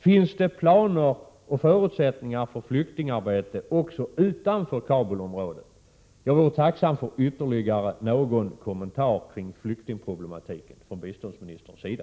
Finns det planer och förutsättningar för flyktingarbete också utanför Kabulområdet? Jag vore tacksam för ytterligare någon kommentar kring flyktingproblematiken från biståndsministerns sida.